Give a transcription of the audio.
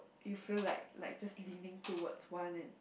you feel like like just leaving to what want it